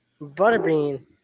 Butterbean